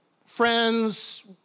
friends